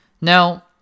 Now